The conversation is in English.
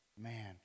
man